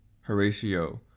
Horatio